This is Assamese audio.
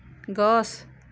গছ